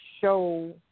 show